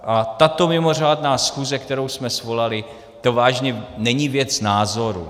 A tato mimořádná schůze, kterou jsme svolali, to vážně není věc názoru.